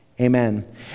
Amen